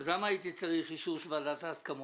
למה הייתי צריך אישור של ועדת ההסכמות,